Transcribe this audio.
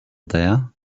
there